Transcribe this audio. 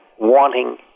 wanting